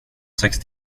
sex